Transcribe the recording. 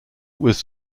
was